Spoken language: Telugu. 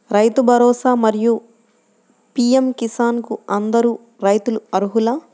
రైతు భరోసా, మరియు పీ.ఎం కిసాన్ కు అందరు రైతులు అర్హులా?